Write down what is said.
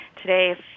Today